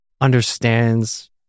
understands